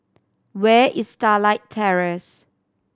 where is Starlight Terrace